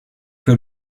que